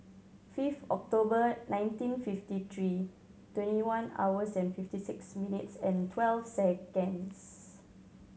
fifth October nineteen fifty three twenty one hours and fifty six minutes and twelve seconds